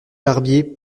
barbier